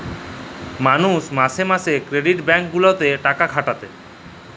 মালুষ মাসে মাসে ক্রেডিট ব্যাঙ্ক গুলাতে টাকা খাটাতে